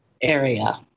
area